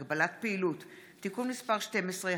הצעת חוק הבטחת פיצויים לתושבי מתחם כפר שלם,